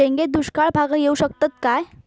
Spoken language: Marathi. शेंगे दुष्काळ भागाक येऊ शकतत काय?